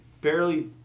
barely